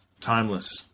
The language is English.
timeless